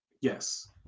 Yes